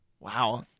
Wow